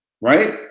right